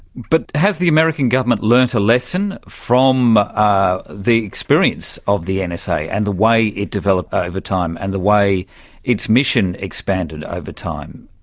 but has the american government learnt a lesson from ah the experience of the and nsa and the way it developed ah over time and the way its mission expanded over time?